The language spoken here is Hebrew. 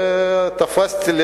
תפסתי,